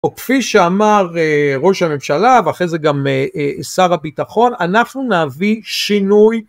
או כפי שאמר ראש הממשלה ואחרי זה גם שר הביטחון אנחנו נביא שינוי